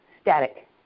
Static